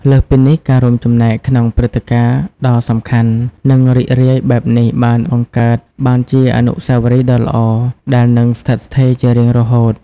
លើសពីនេះ ការរួមចំណែកក្នុងព្រឹត្តិការណ៍ដ៏សំខាន់ និងរីករាយបែបនេះ បាន បង្កើតបានជាអនុស្សាវរីយ៍ដ៏ល្អ ដែលនឹងស្ថិតស្ថេរជារៀងរហូត។